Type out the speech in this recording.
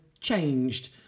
changed